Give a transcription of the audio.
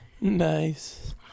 Nice